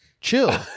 Chill